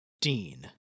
Dean